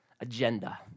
agenda